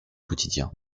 quotidien